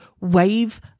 wave